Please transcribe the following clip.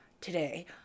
today